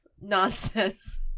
nonsense